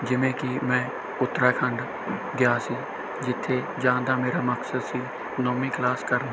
ਜਿਵੇਂ ਕਿ ਮੈਂ ਉੱਤਰਾਖੰਡ ਗਿਆ ਸੀ ਜਿੱਥੇ ਜਾਣ ਦਾ ਮੇਰਾ ਮਕਸਦ ਸੀ ਨੌਵੀਂ ਕਲਾਸ ਕਰਨ